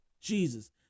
Jesus